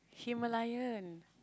Himalayan